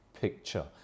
picture